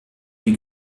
die